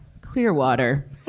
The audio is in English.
Clearwater